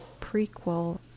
prequel